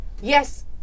yes